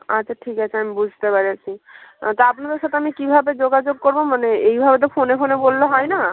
আচ্ছা ঠিক আছে আমি বুঝতে পেরেছি তা আপনাদের সাথে আমি কীভাবে যোগাযোগ করবো মানে এইভাবে তো ফোনে ফোনে বললে হয় না